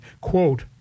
Quote